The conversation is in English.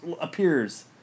appears